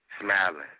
smiling